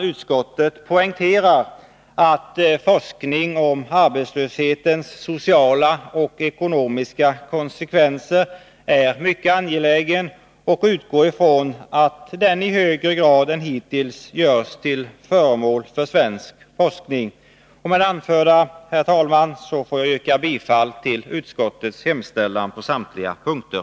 Utskottet poängterar att forskning om arbetslöshetens sociala och ekonomiska konsekvenser är mycket angelägen och utgår ifrån att den i högre grad än hittills görs till föremål för svensk forskning. Med det anförda får jag, herr talman, yrka bifall till utskottets hemställan på samtliga punkter.